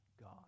God